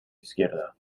izquierda